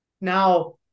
Now